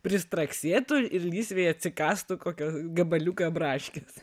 pristraksėtų ir lysvėje atsikąstų kokio gabaliuką braškės